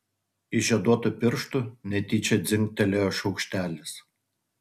iš žieduotų pirštų netyčia dzingtelėjo šaukštelis